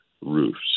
roofs